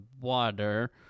water